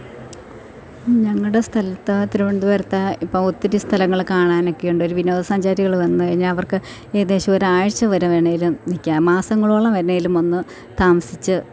ഞങ്ങളുടെ സ്ഥലത്ത് തിരുവനന്തപുരത്ത് ഇപ്പോൾ ഒത്തിരി സ്ഥലങ്ങൾ കാണാനൊക്കെ ഉണ്ട് ഒരു വിനോദസഞ്ചാരികൾ വന്ന് കഴിഞ്ഞാൽ അവർക്ക് ഏകദേശം ഒരു ആഴ്ച്ച വരെ വേണമെങ്കിലും നിൽക്കാം മാസങ്ങളോളം വേണമെങ്കിലും വന്ന് താമസിച്ച്